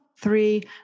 three